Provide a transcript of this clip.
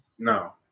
No